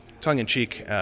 tongue-in-cheek